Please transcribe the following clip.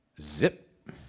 Zip